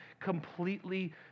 completely